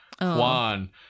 juan